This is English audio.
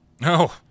No